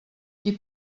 qui